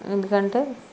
ఎందుకంటే